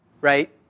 right